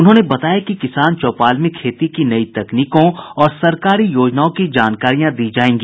उन्होंने बताया कि किसान चौपाल में खेती की नई तकनीकों और सरकारी योजनाओं की जानकारियां दी जायेंगी